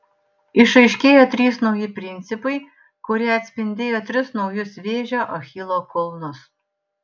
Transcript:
išaiškėjo trys nauji principai kurie atspindėjo tris naujus vėžio achilo kulnus